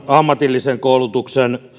ammatillisen koulutuksen